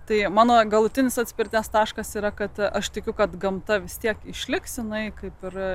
tai mano galutinis atspirties taškas yra kad aš tikiu kad gamta vis tiek išliks jinai kaip ir